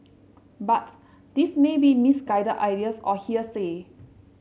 but these may be misguided ideas or hearsay